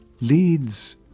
leads